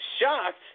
shocked